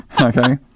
Okay